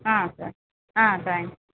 ஆ sir ஆ thanks